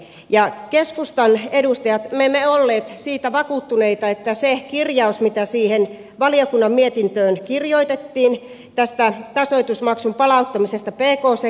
me keskustan edustajat emme olleet vakuuttuneita että se kirjaus mitä siihen valiokunnan mietintöön kirjoitettiin tästä tasoitusmaksun palauttamisesta pk sektorille on riittävä